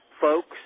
Folks